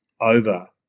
over